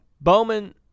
Bowman